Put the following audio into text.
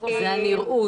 זה הנראות.